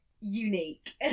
unique